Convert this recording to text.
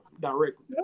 directly